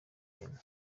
aime